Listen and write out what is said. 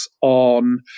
on